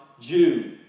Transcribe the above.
jew